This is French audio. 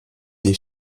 des